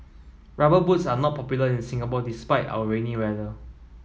rubber boots are not popular in Singapore despite our rainy weather